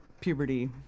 puberty